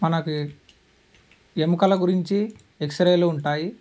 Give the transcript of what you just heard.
మనకి ఎముకల గురించి ఎక్సరేలు ఉంటాయి